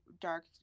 dark